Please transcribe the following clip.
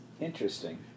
Interesting